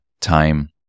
time